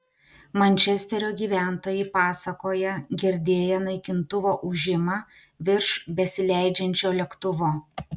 mančesterio gyventojai pasakoja girdėję naikintuvo ūžimą virš besileidžiančio lėktuvo